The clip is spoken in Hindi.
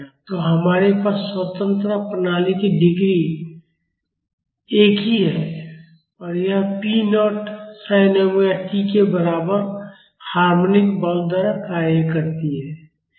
तो हमारे पास स्वतंत्रता प्रणाली की डिग्री एक ही है और यह P nought sin omega t के बराबर हार्मोनिक बल द्वारा कार्य करती है